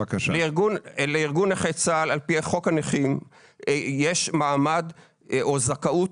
לארגון נכי צה"ל על פי חוק הנכים יש מעמד או זכאות